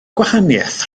gwahaniaeth